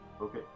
okay